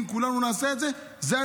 אם כולנו נעשה את זה,